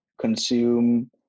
consume